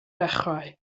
dechrau